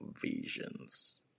visions